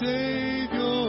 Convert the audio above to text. Savior